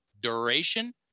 duration